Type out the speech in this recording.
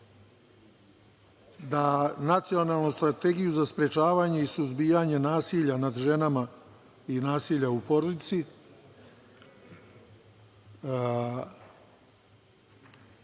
da Nacionalnu strategiju za sprečavanje i suzbijanje nasilja nad ženama i nasilja u porodici